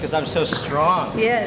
because i'm so strong ye